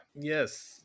yes